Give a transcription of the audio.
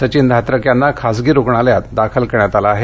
सचिन धात्रक यांना खाजगी रूग्णालयात दाखल करण्यात आले आहे